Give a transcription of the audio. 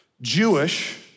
Jewish